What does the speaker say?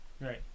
Right